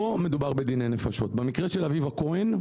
פה מדובר בדיני נפשות, במקרה של אביבה כהן.